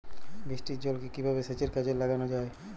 বৃষ্টির জলকে কিভাবে সেচের কাজে লাগানো য়ায়?